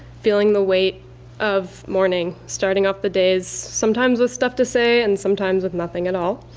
feeling the weight of morning. starting off the days sometimes with stuff to say and sometimes with nothing at all.